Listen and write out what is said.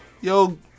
Yo